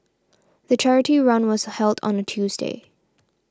the charity run was held on a Tuesday